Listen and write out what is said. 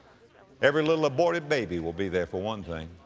every little aborted baby will be there for one thing.